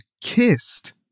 kissed